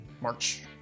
March